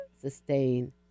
sustain